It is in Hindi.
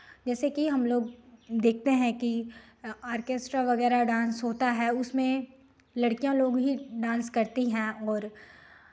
जैसे कि हमलोग देखते हैं कि ऑर्केस्ट्रा वगैरह डांस होता है उसमें लड़कियां लोग ही डांस करती हैं और